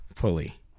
pulley